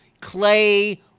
clay